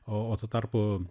o tuo tarpu